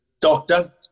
doctor